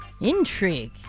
Intrigue